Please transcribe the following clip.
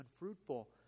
Unfruitful